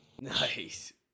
Nice